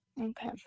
okay